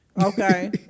Okay